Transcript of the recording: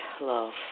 love